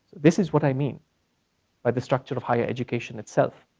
this is what i mean by the structure of higher education itself.